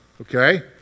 okay